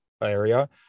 area